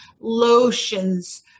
lotions